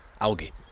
algae